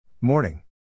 Morning